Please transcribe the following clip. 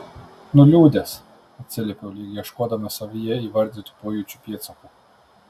nuliūdęs atsiliepiau lyg ieškodamas savyje įvardytų pojūčių pėdsakų